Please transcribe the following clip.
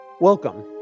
Welcome